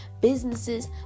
businesses